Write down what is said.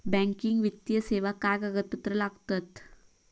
Banking वित्तीय सेवाक काय कागदपत्र लागतत?